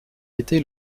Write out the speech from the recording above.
été